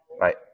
Right